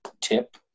tip